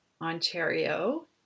Ontario